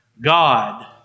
God